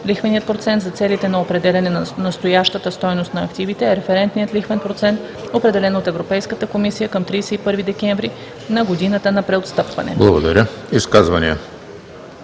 лихвеният процент за целите на определяне на настоящата стойност на активите е референтният лихвен процент, определен от Европейската комисия, към 31 декември на годината на преотстъпване.“